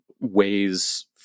ways